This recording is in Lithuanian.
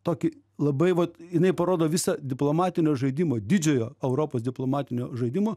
tokį labai vat jinai parodo visą diplomatinio žaidimo didžiojo europos diplomatinio žaidimo